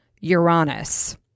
Uranus